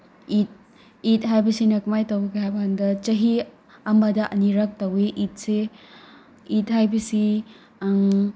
ꯏꯗ ꯏꯗ ꯍꯥꯏꯕꯁꯤꯅ ꯀꯃꯥꯏ ꯇꯧꯒꯦ ꯍꯥꯏꯕ ꯀꯥꯟꯗ ꯆꯍꯤ ꯑꯃꯗ ꯑꯅꯤꯔꯛ ꯇꯧꯏ ꯏꯗꯁꯦ ꯏꯗ ꯍꯥꯏꯕꯁꯤ